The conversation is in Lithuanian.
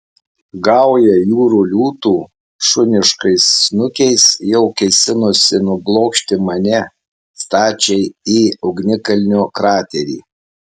gauja jūrų liūtų šuniškais snukiais jau kėsinosi nublokšti mane stačiai į ugnikalnio kraterį